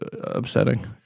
upsetting